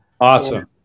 Awesome